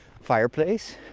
fireplace